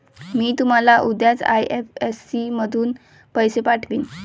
मी तुम्हाला उद्याच आई.एफ.एस.सी मधून पैसे पाठवीन